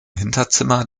hinterzimmer